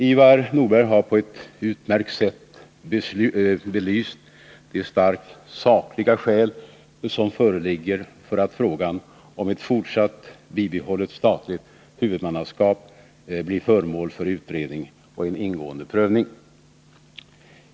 Ivar Nordberg har på ett utmärkt sätt belyst de starka sakliga skäl som föreligger för att frågan om ett fortsatt bibehållet statligt huvudmannaskap blir föremål för utredning och en ingående prövning.